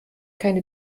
keine